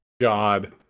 God